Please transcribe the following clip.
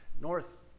north